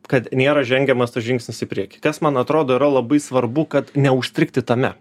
kad nėra žengiamas tas žingsnis į priekį kas man atrodo yra labai svarbu kad neužstrigti tame